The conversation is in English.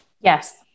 Yes